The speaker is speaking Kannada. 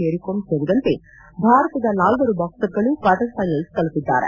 ಮೇರಿಕೋಮ್ ಸೇರಿದಂತೆ ಭಾರತದ ನಾಲ್ವರು ಬಾಕ್ಸರ್ಗಳು ಕ್ವಾರ್ಟರ್ಫೈನಲ್ಸ್ ತಲುಪಿದ್ದಾರೆ